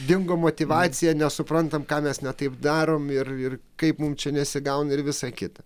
dingo motyvacija nesuprantam ką mes ne taip darom ir ir kaip mum čia nesigauna ir visa kita